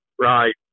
Right